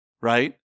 right